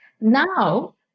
Now